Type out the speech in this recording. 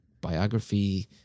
biography